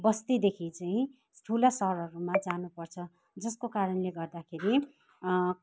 बस्तीदेखि चै ठुला सहरहरूमा जानुपर्छ जसको कारणले गर्दाखेरि